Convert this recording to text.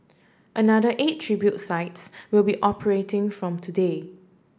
another eight tribute sites will be operating from today